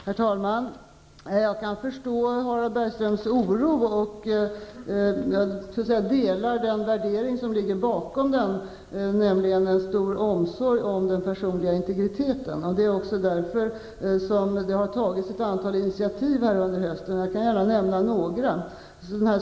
Herr talman! Jag kan förstå Harald Bergströms oro. Jag delar den värdering som ligger bakom den, nämligen en stor omsorg om den personliga integriteten. Det är också därför som det har tagits ett antal initiativ under hösten. Jag skall gärna nämna några.